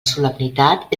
solemnitat